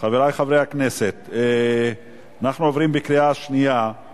חברי חברי הכנסת, אנחנו עוברים לקריאה שנייה על